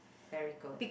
very good